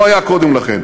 לא הייתה קודם לכן.